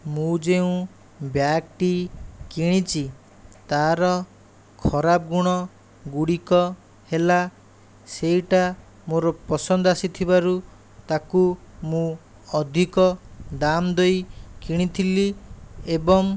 ମୁଁ ଯେଉଁ ବ୍ୟାଗଟି କିଣିଛି ତାର ଖରାପ ଗୁଣ ଗୁଡ଼ିକ ହେଲା ସେଇଟା ମୋର ପସନ୍ଦ ଆସିଥିବାରୁ ତାକୁ ମୁଁ ଅଧିକ ଦାମ ଦେଇ କିଣିଥିଲି ଏବଂ